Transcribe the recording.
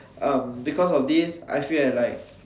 um because of this I feel that like